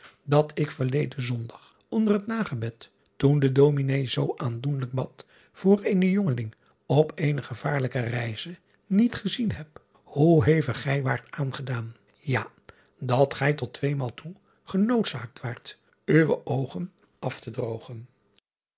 dat ik verleden zondag onder het nagebed toen de ominé zoo aandoenlijk bad voor eenen jongeling op eene gevaarlijke reize niet gezien driaan oosjes zn et leven van illegonda uisman heb hoe hevig gij waart aangedaan ja dat gij tot tweemaal toe genoodzaakt waart uwe oogen af te droogen